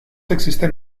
existen